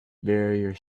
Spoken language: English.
barrier